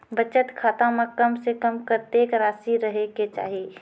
बचत खाता म कम से कम कत्तेक रासि रहे के चाहि?